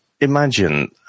imagine